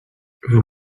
vous